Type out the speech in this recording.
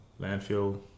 landfill